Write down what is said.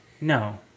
No